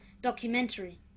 documentary